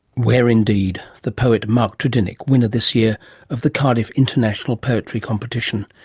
where indeed. the poet mark tredinnick, winner this year of the cardiff international poetry competition.